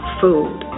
food